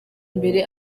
imbere